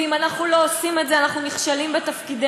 ואם אנחנו לא עושים את זה אנחנו נכשלים בתפקידנו.